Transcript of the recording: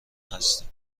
هستیم